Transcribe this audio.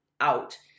out